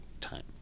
time